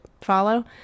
follow